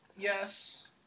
yes